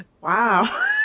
Wow